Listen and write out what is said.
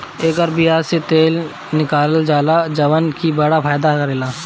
एकर बिया से तेल निकालल जाला जवन की बड़ा फायदा करेला